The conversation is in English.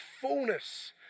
fullness